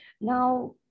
Now